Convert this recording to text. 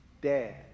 dad